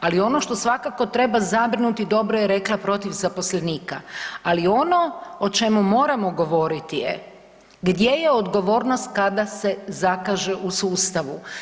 ali ono što svakako treba zabrinuti dobro je rekla protiv zaposlenika, ali ono o čemu moramo govoriti je gdje je odgovornost kada se zakaže u sustavu.